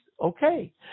okay